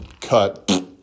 cut